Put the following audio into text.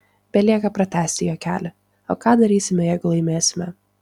belieka pratęsti juokelį o ką darysime jeigu laimėsime